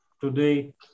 today